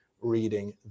reading